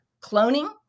cloning